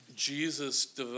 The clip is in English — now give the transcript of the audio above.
Jesus